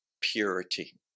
purity